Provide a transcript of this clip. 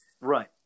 Right